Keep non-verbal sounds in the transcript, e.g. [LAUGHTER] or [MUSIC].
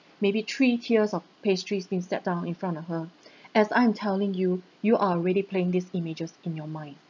maybe three tiers of pastries being stepped down in front of her [BREATH] as I'm telling you you are ready playing these images in your mind